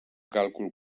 càlcul